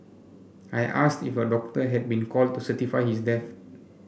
I asked if a doctor had been called to certify his death